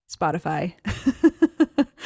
Spotify